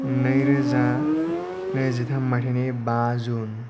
नैरोजा नैजिथाम माइथायनि बा जुन